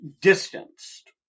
Distanced